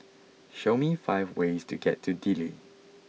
show me five ways to get to Dili